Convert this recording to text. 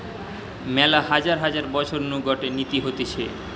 মেলা হাজার হাজার বছর নু গটে নীতি হতিছে